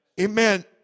Amen